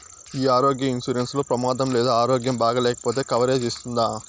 ఈ ఆరోగ్య ఇన్సూరెన్సు లో ప్రమాదం లేదా ఆరోగ్యం బాగాలేకపొతే కవరేజ్ ఇస్తుందా?